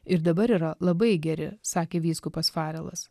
ir dabar yra labai geri sakė vyskupas farelas